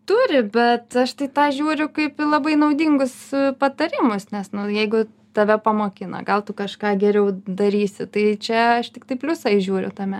turi bet aš tai tą žiūriu kaip į labai naudingus patarimus nes jeigu tave pamokino gal tu kažką geriau darysi tai čia aš tiktai pliusą įžiūriu tame